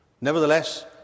Nevertheless